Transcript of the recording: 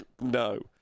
no